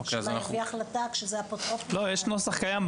לפי ההחלטה כשזה אפוטרופוס --- בטוח שיש נוסח קיים,